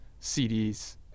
CDs